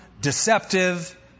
Deceptive